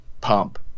pump